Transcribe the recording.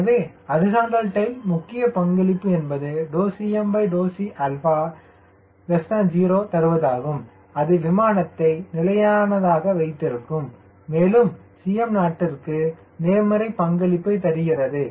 எனவே horizontal tail முக்கிய பங்களிப்பு என்பது cmc0 தருவதாகும் அது விமானத்தை நிலையானதாக வைத்திருக்கும் மேலும் cm0 க்கு நேர்மறை பங்களிப்பை தருகிறது